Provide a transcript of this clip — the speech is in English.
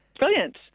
Brilliant